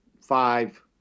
five